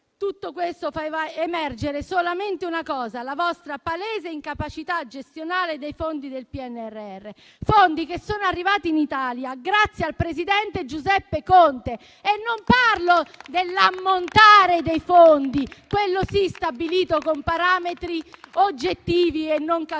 tutto questo fa emergere solamente una cosa: la vostra palese incapacità di gestire i fondi del PNRR, che sono arrivati in Italia grazie al presidente Giuseppe Conte. E non parlo dell'ammontare dei fondi, quello sì, stabilito con parametri oggettivi e non casuali.